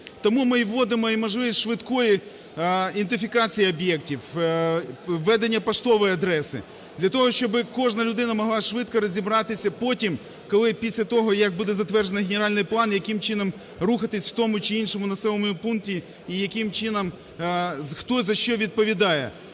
Тому ми вводимо і можливість швидкої ідентифікації об'єктів, введення поштової адреси для того, щоби кожна людина могла швидко розібратися потім, коли після того, як буде затверджений генеральний план, яким чином рухатися в тому чи іншому населеному пункті і яким чином хто за що відповідає.